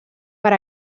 per